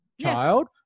child